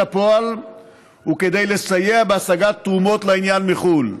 לפועל וכדי לסייע בהשגת תרומות לעניין מחו"ל.